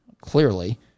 clearly